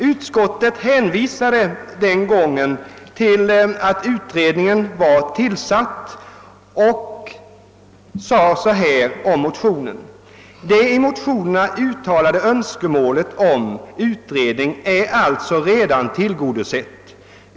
Utskottet hänvisade den gången till att en utredning var tillsatt och anförde beträffande de likalydande motionerna: »Det i motionerna uttalade önskemålet om utredning är alltså redan tillgodosett.